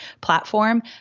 platform